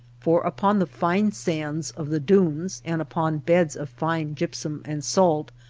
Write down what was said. for upon the fine sands of the dunes, and upon beds of fine gypsum and salt,